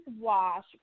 wash